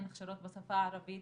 אין הכשרות בשפה הערבית.